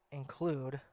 include